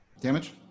damage